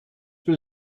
will